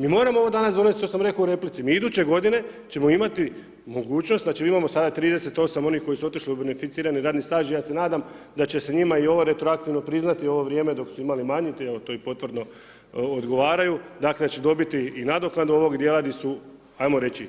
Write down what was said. Mi moramo ovo danas donest, to sam rekao u replici, mi iduće godine ćemo imati mogućnost, znači mi imamo sada 38 onih koji su otišli u beneficirani radni staž, ja se nadam da će se njima i ovo retroaktivno priznati, ovo vrijeme dok su imali manju, evo to i potvrdno odgovaraju, dakle da će dobiti i nadoknadu ovog djela di su ajmo reći